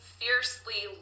fiercely